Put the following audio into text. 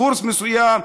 קורס מסוים,